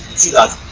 c of